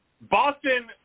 Boston